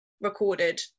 recorded